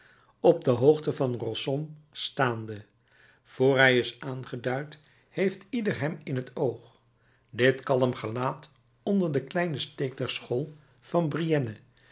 op de hoogte van rossomme staande voor hij is aangeduid heeft ieder hem in t oog dit kalm gelaat onder den kleinen steek der school van